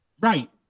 Right